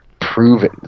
proven